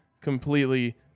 completely